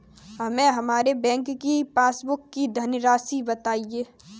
हमें हमारे बैंक की पासबुक की धन राशि बताइए